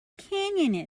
canyon